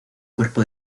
cuerpo